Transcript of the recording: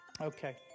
Okay